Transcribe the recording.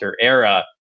era